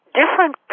different